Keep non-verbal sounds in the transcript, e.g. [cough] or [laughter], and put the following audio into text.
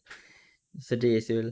[breath] sedih [siol]